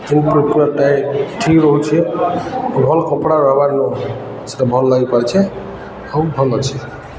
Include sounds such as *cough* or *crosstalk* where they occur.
*unintelligible* ଠିକ୍ ରହୁଛେ ଭଲ୍ କପଡ଼ା ହବାର ନୁ ସେଇଟା ଭଲ ଲାଗିପାରୁଛେ ଆଉ ଭଲ ଅଛି